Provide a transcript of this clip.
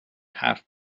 حرف